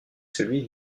celui